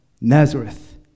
Nazareth